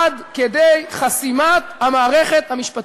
עד כדי חסימת המערכת המשפטית.